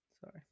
Sorry